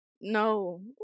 No